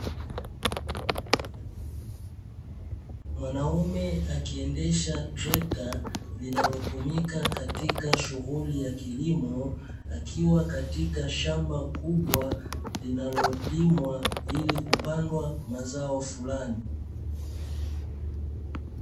Mwanaume akiendesha trekta linalotumika katika shughuli ya kilimo akiwa katika shamba kubwa linalolimwa ili kupanda mazao fulani.